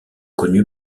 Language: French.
connu